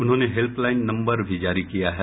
उन्होंने helpline number भी जारी किया है